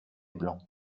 blanc